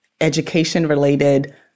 education-related